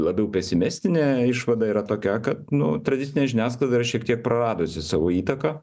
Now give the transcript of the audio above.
labiau pesimistinė išvada yra tokia kad nu tradicinė žiniasklaida yra šiek tiek praradusi savo įtaką